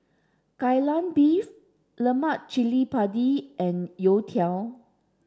Kai Lan Beef Lemak Cili Padi and Youtiao